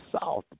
south